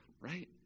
right